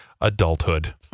Adulthood